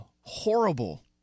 horrible